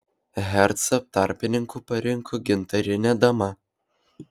hercą tarpininku parinko gintarinė dama